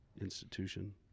institution